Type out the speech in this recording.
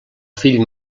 fill